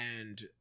And-